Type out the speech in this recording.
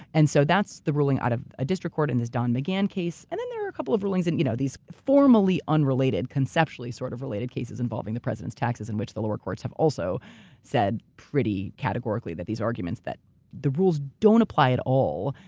and so, that's the ruling out of a district court in this don mcgahn case and then there are a couple of rulings in you know these formally unrelated, conceptually sort of related cases involving the president's taxes, in which the lower courts have also said pretty categorically that these arguments, that the rules don't apply at all,